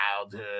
childhood